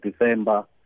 December